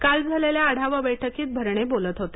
काल झालेल्या आढावा बैठकीत भरणे बोलत होते